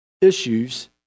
issues